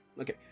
Okay